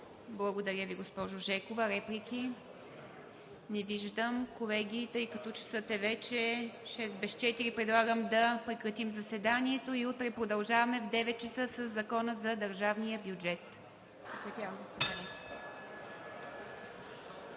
Благодаря Ви, госпожо Жекова. Реплики? Не виждам. Колеги, тъй като часът е вече 17,56 ч., предлагам да прекратим заседанието и утре продължаваме в 9,00 ч. със Закона за държавния бюджет.